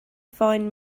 find